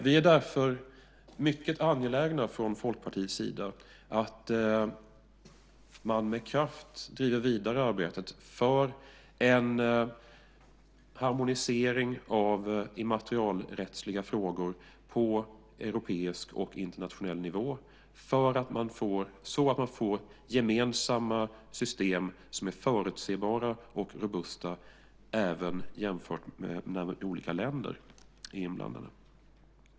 Vi är därför mycket angelägna från Folkpartiets sida att man med kraft driver arbetet vidare för en harmonisering av immaterialrättsliga frågor på europeisk och internationell nivå, så att man får gemensamma system som är förutsebara och robusta även när olika länder är inblandade.